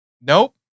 nope